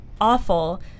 awful